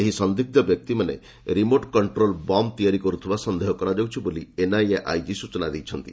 ଏହି ସନ୍ଦିଗ୍ର ବ୍ୟକ୍ତିମାନେ ରିମୋଟ୍ କଣ୍ଟୋଲ୍ ବମ୍ ତିଆରି କର୍ତ୍ତିବା ସନ୍ଦେହ କରାଯାଉଛି ବୋଲି ଏନ୍ଆଇଏ ଆଇଜି ସୂଚନା ଦେଇଛନ୍ତି